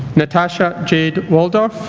natasha jayde walldorf